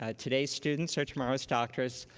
ah today's students are tomorrow's doctors.